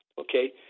Okay